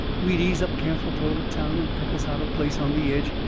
we'd ease up careful toward a town, and pick us out a place on the edge,